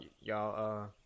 Y'all